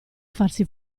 farsi